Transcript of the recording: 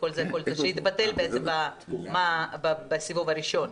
זה התבטל בסיבוב הראשון.